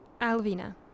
Alvina